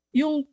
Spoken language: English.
yung